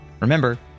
remember